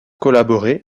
collaboré